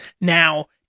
Now